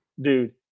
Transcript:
Dude